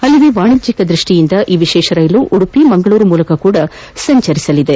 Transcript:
ಅಲ್ಲದೇ ವಾಣಿಜ್ಞ ದೃಷ್ಷಿಯಿಂದ ಈ ವಿಶೇಷ ರೈಲು ಉಡುಪಿ ಮಂಗಳೂರು ಮೂಲಕವೂ ಸಂಚರಿಸಲಿದೆ